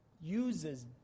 uses